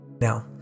Now